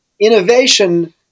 Innovation